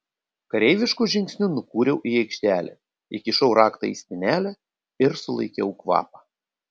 kareivišku žingsniu nukūriau į aikštelę įkišau raktą į spynelę ir sulaikiau kvapą